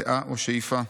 דעה או שאיפה.